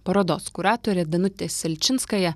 parodos kuratorė danutė selčinskaja